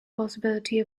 possibility